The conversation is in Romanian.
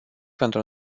pentru